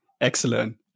Excellent